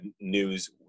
news